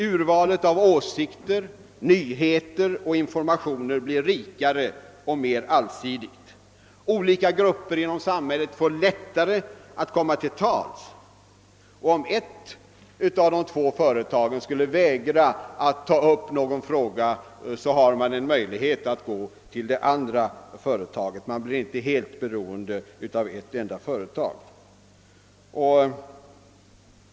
Urvalet av åsikter, nyheter och informationer blir rikare och mer allsidigt, olika grupper inom samhället får lättare att komma till tals, och om ett av de två företagen skulle vägra att ta upp någon fråga har man möjlighet att gå till det andra företaget. Man blir inte helt beroende av ett enda företag.